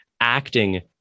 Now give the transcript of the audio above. acting